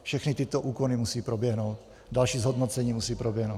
Všechny tyto úkony musí proběhnout, další zhodnocení musí proběhnout.